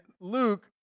Luke